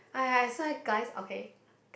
!aiya! I swear guys okay